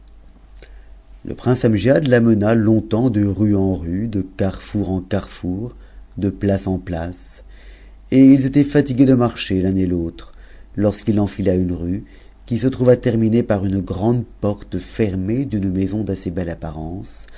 le prince amgiad la mena longtemps de rue en rue de carrefour m carrefour de place en place et ils étaient fatigués de marcher l'un et l'autre lorsqu'il enfila une rue qui se trouva terminée par une sramt porte fermée d'une maison d'assez belle apparence